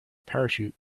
parachute